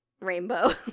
rainbow